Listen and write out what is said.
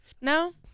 No